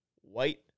white